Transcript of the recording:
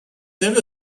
ever